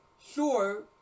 Sure